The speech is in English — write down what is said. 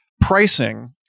pricing